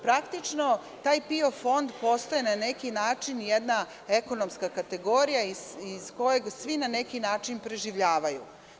Praktično, taj PIO fond postaje na neki način jedna ekonomska kategorija, iz koje svi na neki način preživljavaju.